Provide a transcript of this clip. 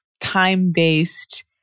time-based